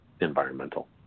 environmental